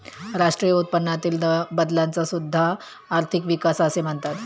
राष्ट्रीय उत्पन्नातील बदलाला सुद्धा आर्थिक विकास असे म्हणतात